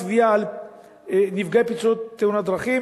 בתביעות של נפגעי פציעות תאונת דרכים,